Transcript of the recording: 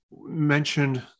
mentioned